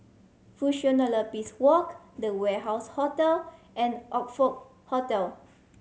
Fusionopolis Walk The Warehouse Hotel and Oxford Hotel